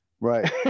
right